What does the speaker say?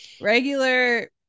regular